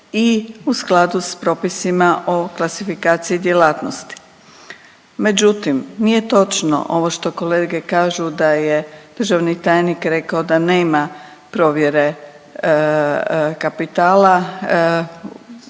i u skladu s propisima o klasifikaciji djelatnosti. Međutim, nije točno ovo što kolege kažu da je državni tajnik rekao da nema provjere kapitala.